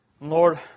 Lord